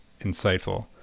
insightful